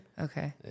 Okay